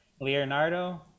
Leonardo